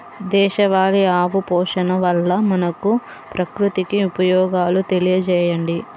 దేశవాళీ ఆవు పోషణ వల్ల మనకు, ప్రకృతికి ఉపయోగాలు తెలియచేయండి?